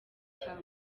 cya